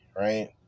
right